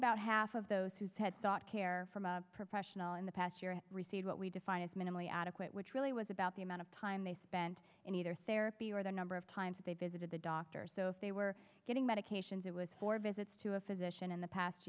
half of those who had sought care professional in the past year have received what we define as minimally adequate which really was about the amount of time they spent in either therapy or the number of times they visited the doctor so if they were getting medications it was four visits to a physician in the past